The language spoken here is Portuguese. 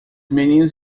meninos